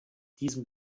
diesem